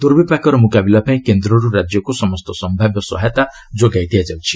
ଦୁର୍ବିପାକର ମୁକାବିଲା ପାଇଁ କେନ୍ଦ୍ରରୁ ରାଜ୍ୟକୁ ସମସ୍ତ ସମ୍ଭାବ୍ୟ ସହାୟତା ଯୋଗାଇ ଦିଆଯାଉଛି